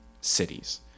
cities